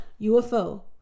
UFO